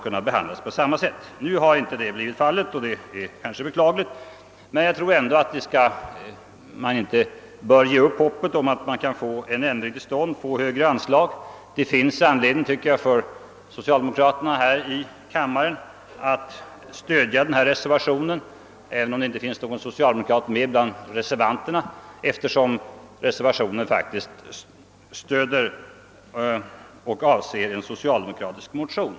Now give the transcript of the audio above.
Nu har detta inte blivit fallet, och det är beklagligt, men jag tror ändå att man inte bör ge upp hoppet om att få ett högre anslag. Det finns anledning för socialdemokraterna här i kammaren att stödja reservationen, även om det inte finns några socialdemokrater med bland reservanterna. Reservationen innebär ju stöd åt en socialdemokratisk motion.